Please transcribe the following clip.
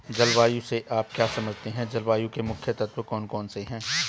जलवायु से आप क्या समझते हैं जलवायु के मुख्य तत्व कौन कौन से हैं?